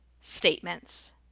statements